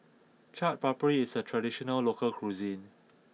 Chaat Papri is a traditional local cuisine